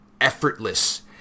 effortless